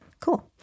Cool